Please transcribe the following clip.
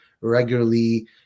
regularly